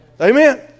Amen